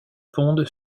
pondent